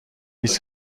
است